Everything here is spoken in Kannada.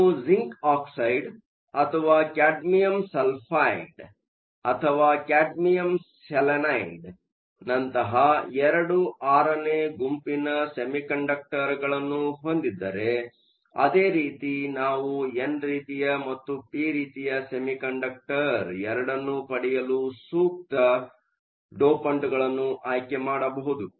ನೀವು ಜಿ಼ಂಕ್ ಆಕ್ಸೈಡ್ ಅಥವಾ ಕ್ಯಾಡ್ಮಿಯಮ್ ಸಲ್ಫೈಡ್ ಅಥವಾ ಕ್ಯಾಡ್ಮಿಯಮ್ ಸೆಲೆನೈಡ್ ನಂತಹ II VIನೇ ಗುಂಪಿನ ಸೆಮಿಕಂಡಕ್ಟರ್ಗಳನ್ನು ಹೊಂದಿದ್ದರೆ ಅದೇ ರೀತಿ ನಾವು ಎನ್ ರೀತಿಯ ಮತ್ತು ಪಿ ರೀತಿಯ ಸೆಮಿಕಂಡಕ್ಟರ್ ಎರಡನ್ನೂ ಪಡೆಯಲು ಸೂಕ್ತ ಡೋಪಂಟ್ಗಳನ್ನು ಆಯ್ಕೆ ಮಾಡಬಹುದು